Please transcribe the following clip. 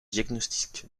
diagnostic